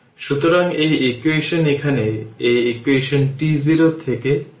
সুতরাং এই ইকুয়েশন এখানে এই ইকুয়েশন t0 থেকে n